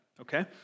okay